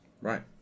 right